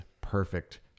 perfect